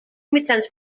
mitjans